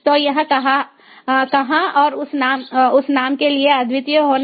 तो यह कहां और उस नाम के लिए अद्वितीय होना चाहिए